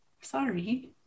sorry